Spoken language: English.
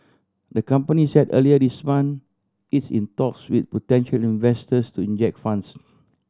the company said earlier this month it's in talks with potential investors to inject funds